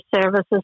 services